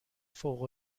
فوق